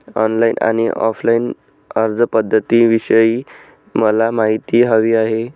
online आणि offline अर्जपध्दतींविषयी मला माहिती हवी आहे